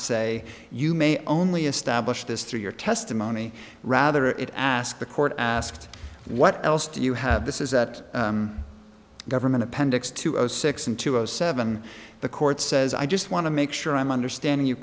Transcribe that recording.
say you may only establish this through your testimony rather it ask the court asked what else do you have this is that government appendix two zero six and two zero seven the court says i just want to make sure i'm understanding you